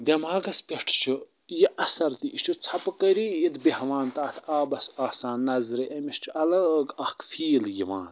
دٮ۪ماغس پٮ۪ٹھ چھُ یہِ اثر تہِ یہِ چھُ ژھۅپہٕ کٔرِتھ بیٚہوان تتھ آبس آسان نظرِ أمِس چھُ الگ اکھ فیٖل یِوان